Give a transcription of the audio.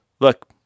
look